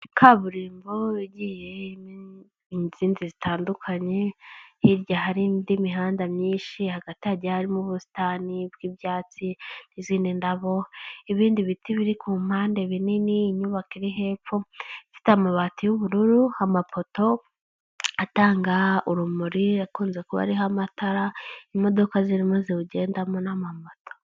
Kaburimbo igiye irimo izindi zitandukanye, hirya hari indi mihanda myinshi, hagati harimo ubusitani bw'ibyatsi n'izindi ndabo, ibindi biti biri ku mpande binini, inyubako iri hepfo ifite amabati y'ubururu, amapoto atanga urumuri akunze kuba ariho amatara, imodoka zirimo ziwugendamo n'amamoto.